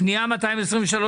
פנייה 223,